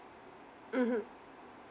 mmhmm